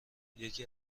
یکی